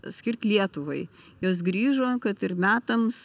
skirt lietuvai jos grįžo kad ir metams